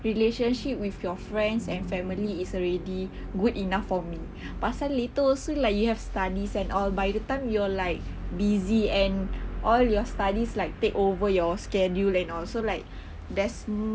relationship with your friends and family is already good enough for me pasal later so you like have studies and all by the time you're like busy and all your studies like take over your schedule and all so like there's